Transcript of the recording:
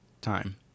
time